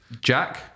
Jack